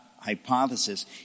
hypothesis